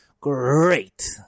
Great